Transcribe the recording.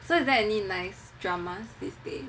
so is there any nice drama these days